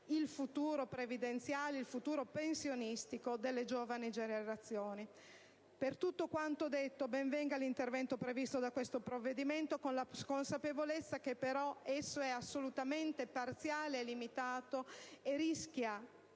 il futuro previdenziale e pensionistico delle giovani generazioni. Per tutto quanto detto, ben venga l'intervento previsto da questo provvedimento, con la consapevolezza che però esso è assolutamente parziale e limitato e rischia